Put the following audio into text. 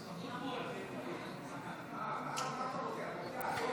השוואת ההטבות בתעשייה להטבות בחקלאות),